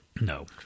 No